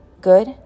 good